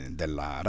della